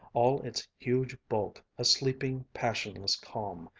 all its huge bulk a sleeping, passionless calm.